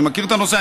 אני מכיר את הנושא,